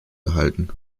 gehalten